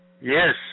Yes